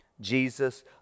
Jesus